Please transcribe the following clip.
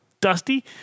Dusty